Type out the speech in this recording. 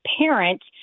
parent